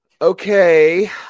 Okay